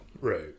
Right